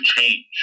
change